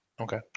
Okay